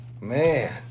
Man